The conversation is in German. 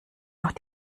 noch